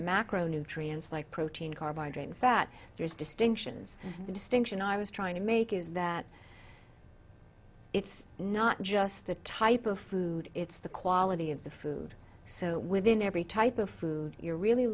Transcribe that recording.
macronutrients like protein carbohydrates fat there's distinctions the distinction i was trying to make is that it's not just the type of food it's the quality of the food so within every type of food you're really